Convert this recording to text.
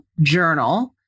journal